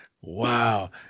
Wow